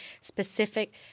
specific